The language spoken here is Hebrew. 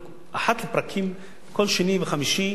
כל שני וחמישי